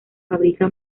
fábrica